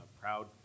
proud